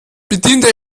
bediente